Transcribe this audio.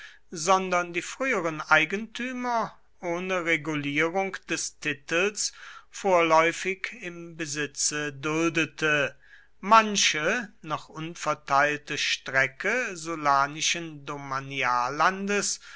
sondern die früheren eigentümer ohne regulierung des titels vorläufig im besitze duldete manche noch unverteilte strecke